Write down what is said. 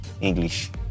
English